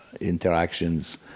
interactions